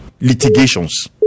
litigations